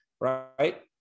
right